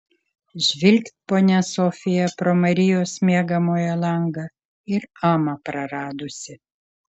žvilgt ponia sofija pro marijos miegamojo langą ir amą praradusi